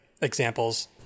examples